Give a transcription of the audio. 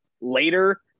later